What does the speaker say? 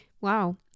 Wow